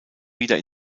wieder